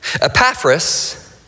Epaphras